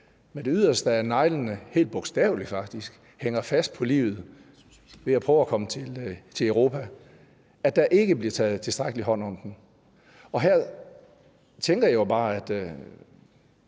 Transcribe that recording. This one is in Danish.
med det yderste af neglene – faktisk helt bogstaveligt – holder fast i livet ved at prøve at komme til Europa, og at der ikke bliver taget tilstrækkelig hånd om dem. Her tænker jeg jo bare, hvad